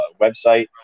website